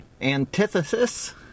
antithesis